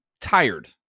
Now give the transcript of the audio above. tired